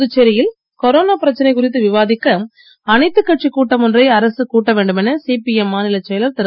புதுச்சேரியில் கொரோனா பிரச்சனை குறித்து விவாதிக்க அனைத்துக் கட்சிக் கூட்டம் ஒன்றை அரசு கூட்ட வேண்டுமென சிபிஎம் மாநிலச் செயலர் திரு